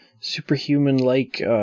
superhuman-like